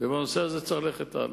ובנושא הזה צריך ללכת הלאה.